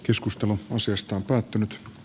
keskustelu asiasta on päättynyt